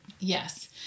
Yes